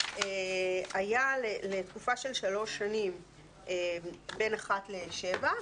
זה היה לתקופה של שלוש שנים בין 13:00 19:00